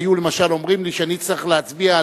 אם היו למשל אומרים לי שאני צריך להצביע,